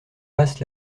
vaast